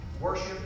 worship